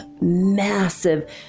massive